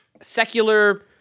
secular